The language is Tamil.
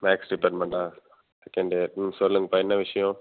மேக்ஸ் டிப்பார்ட்மெண்டா ஓகே இந்த ம் சொல்லுங்கப்பா என்ன விஷயம்